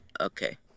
Okay